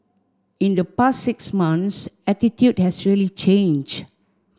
in the past six months attitude has really changed